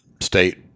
state